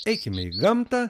eikime į gamtą